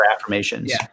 affirmations